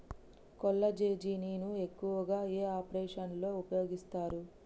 కొల్లాజెజేని ను ఎక్కువగా ఏ ఆపరేషన్లలో ఉపయోగిస్తారు?